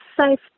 safe